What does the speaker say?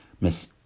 Miss